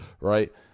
right